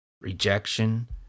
rejection